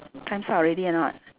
time's up already or not